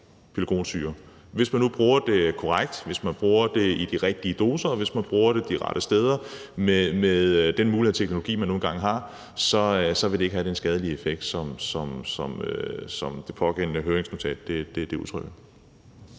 rigtigt – bruger det korrekt, bruger det i de rigtige doser og bruger det de rette steder – med de muligheder og den teknologi, man nu engang har, så vil det ikke have den skadelige effekt, som det pågældende høringsnotat udtrykker.